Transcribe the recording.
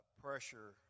pressure